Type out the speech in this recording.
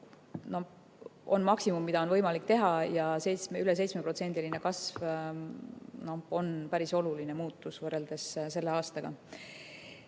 on maksimum, mida on võimalik teha, ja üle 7%‑line kasv on päris oluline muutus võrreldes selle aastaga.